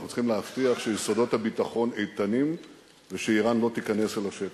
אנחנו צריכים להבטיח שיסודות הביטחון איתנים ושאירן לא תיכנס אל השטח.